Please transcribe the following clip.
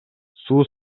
суу